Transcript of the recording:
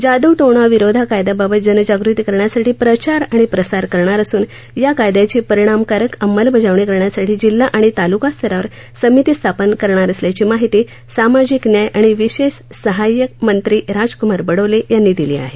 जादूटोणा विरोधी कायद्याबाबत जनजागृती करण्यासाठी प्रचार आणि प्रसार करणार असून या कायद्याची परिणामकारक अंमलबजावणी करण्यासाठी जिल्हा आणि तालुका स्तरावर समिती स्थापन करणार असल्याची माहिती सामाजिक न्याय आणि विशेष सहाय्य मंत्री राजकुमार बडोले यांनी दिली आहे